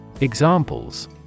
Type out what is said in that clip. Examples